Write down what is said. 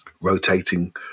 rotating